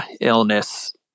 illness